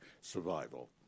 survival